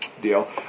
deal